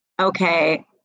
okay